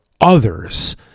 others